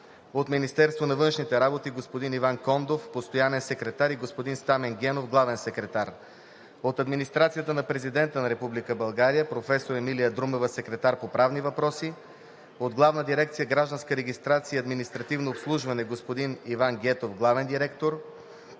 от Министерството на външните работи: господин Иван Кондов – постоянен секретар, и господин Стамен Генов – главен секретар; от Администрацията на президента на Република България: професор Емилия Друмева – секретар по правни въпроси; от Главна дирекция „Гражданска регистрация и административно обслужване“: господин Иван Гетов – главен директор;